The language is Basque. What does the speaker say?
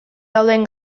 dauden